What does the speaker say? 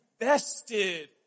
invested